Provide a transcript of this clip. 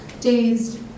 dazed